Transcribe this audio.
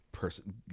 person